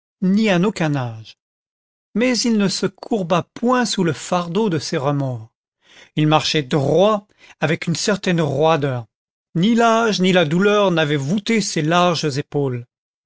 ni à aucun âge mais il ne se courba point sous le fardeau de ses remords il marchait droit avec une certaine roideur ni l'âge ni la douleur n'avaient voûté ses larges épaules